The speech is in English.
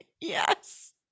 Yes